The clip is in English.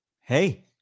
hey